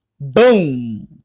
Boom